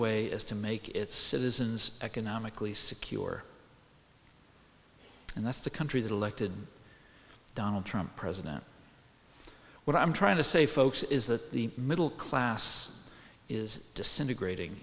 way as to make its citizens economically secure and that's the country that elected donald trump president what i'm trying to say folks is that the middle class is disintegrating